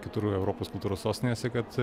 kitur europos kultūros sostinėse kad